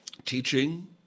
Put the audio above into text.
teaching